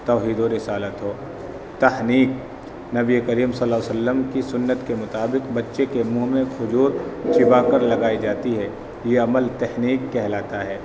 توحید و رسالت و تحنیک نبی کریم صلی اللہ علیہ وسلم کی سنت کے مطابق بچے کے منہ میں کھجور چبا کر لگائی جاتی ہے یہ عمل تحنیک کہلاتا ہے